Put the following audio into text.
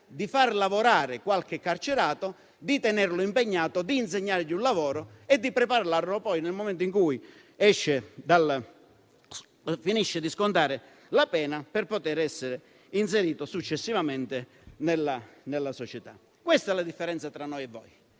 di far lavorare qualche carcerato, tenerlo impegnato, insegnargli un lavoro e prepararlo poi, nel momento in cui finisce di scontare la pena, al successivo inserimento nella società. Questa è la differenza tra noi e voi: